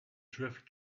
drift